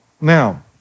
Now